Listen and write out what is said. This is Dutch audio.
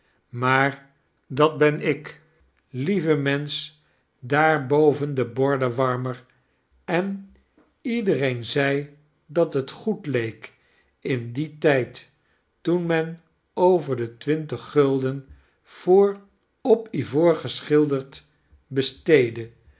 maar dat ben ik lieve mensch daar boven den bordenwarmer en iedereen zei dat het goed leek in dien tyd toen men over de twintig gulden voor op ivoor geschilderd besteeddeen